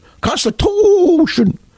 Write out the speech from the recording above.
Constitution